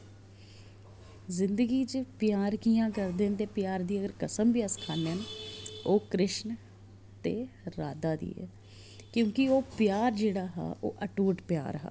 जिंदगी च प्यार कि'यां करदे न ते प्यार दी अगर कसम बी अस खन्ने न ओह् कृष्ण ते राधा दी ऐ क्योंकि ओह् प्यार जेह्ड़ा हा ओह् अटूट प्यार हा